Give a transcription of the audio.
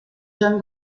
jeune